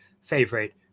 favorite